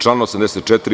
Član 84.